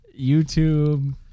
YouTube